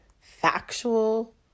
factual